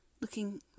looking